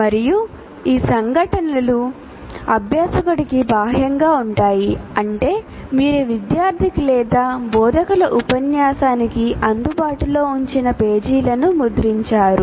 మరియు ఈ సంఘటనలు అభ్యాసకుడికి బాహ్యంగా ఉంటాయి అంటే మీరు విద్యార్థికి లేదా బోధకుల ఉపన్యాసానికి అందుబాటులో ఉంచిన పేజీలను ముద్రించారు